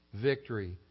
victory